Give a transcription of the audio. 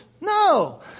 No